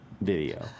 video